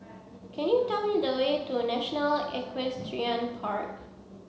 can you tell me the way to National Equestrian Park